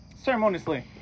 ceremoniously